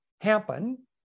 happen